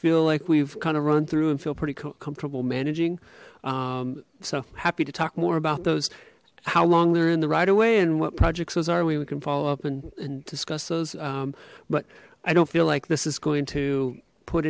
feel like we've kind of run through and feel pretty comfortable managing so happy to talk more about those how long they're in the right away and what projects those are we can follow up and discuss those but i don't feel like this is going to put